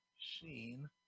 Sheen